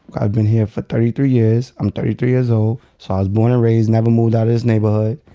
i've been here for thirty three years i'm thirty three years old. so i was born and raised, never moved outta this neighbor.